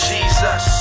Jesus